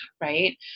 right